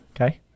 Okay